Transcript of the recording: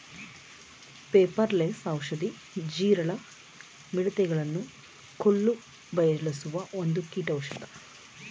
ಪೆಪಾರ ಲೆಸ್ ಔಷಧಿ, ಜೀರಳ, ಮಿಡತೆ ಗಳನ್ನು ಕೊಲ್ಲು ಬಳಸುವ ಒಂದು ಕೀಟೌಷದ